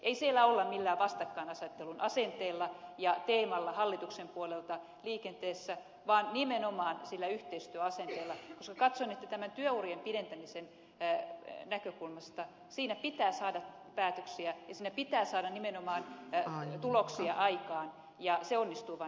ei siellä olla millään vastakkainasettelun asenteella ja teemalla hallituksen puolelta liikenteessä vaan nimenomaan yhteistyöasenteella koska katson että työurien pidentämisessä pitää saada päätöksiä ja siinä pitää saada nimenomaan tuloksia aikaan ja se onnistuu vain yhteistyöllä